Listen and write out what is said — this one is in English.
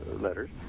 letters